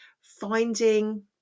finding